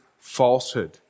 falsehood